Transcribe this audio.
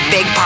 Big